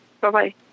Bye-bye